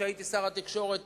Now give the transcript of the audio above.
כשהייתי שר התקשורת,